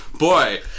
Boy